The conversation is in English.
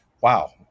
Wow